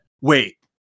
Wait